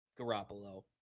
Garoppolo